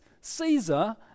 Caesar